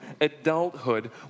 adulthood